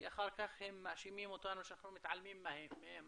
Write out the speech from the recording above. כי אחר כך הם מאשימים אותנו שאנחנו מתעלמים מהם.